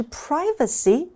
privacy